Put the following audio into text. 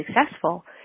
successful